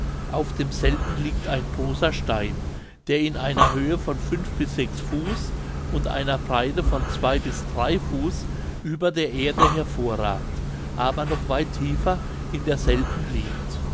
auf demselben liegt ein großer stein der in einer höhe von fünf bis sechs fuß und einer breite von zwei bis drei fuß über der erde hervorragt aber noch weit tiefer in derselben liegt